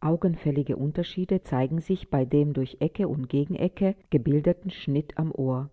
augenfällige unterschiede zeigen sich bei dem durch ecke und gegenecke gebildeten schnitt am ohr